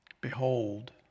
Behold